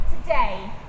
today